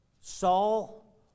saul